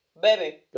Baby